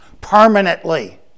Permanently